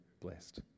blessed